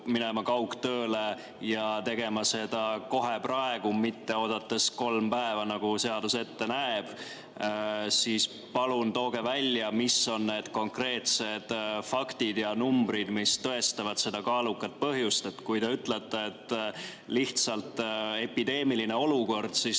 minema kaugtööle ja tegema seda kohe praegu, mitte oodates kolm päeva, nagu seadus ette näeb. Palun tooge välja, mis on need konkreetsed faktid ja numbrid, mis tõestavad seda kaalukat põhjust! Kui te ütlete, et lihtsalt epideemiline olukord, siis